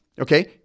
okay